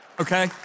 Okay